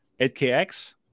8KX